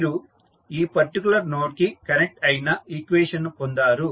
మీరు ఈ particular node కి కనెక్ట్ అయిన ఈక్వేషన్ ను పొందారు